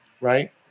right